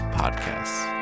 podcasts